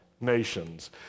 nations